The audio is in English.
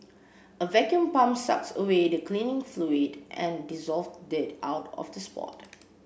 a vacuum pump sucks away the cleaning fluid and dissolved dirt out of the spot